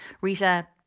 Rita